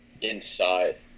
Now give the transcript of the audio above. inside